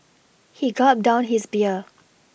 he gulped down his beer